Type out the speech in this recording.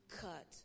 cut